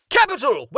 capital